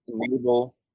enable